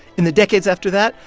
in the decades after that,